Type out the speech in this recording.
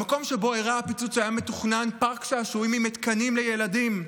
במקום שבו אירע הפיצוץ היה מתוכנן פארק שעשועים עם מתקנים לילדים.